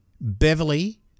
Beverly